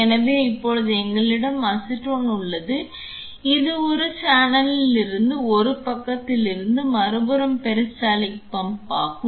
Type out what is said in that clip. எனவே இப்போது எங்களிடம் அசிட்டோன் உள்ளது இது ஒரு சேனலில் இருந்து ஒரு பக்கத்திலிருந்து மறுபுறம் பெரிஸ்டால்டிக் பம்ப் ஆகும்